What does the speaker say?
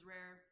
Rare